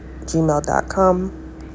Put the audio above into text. gmail.com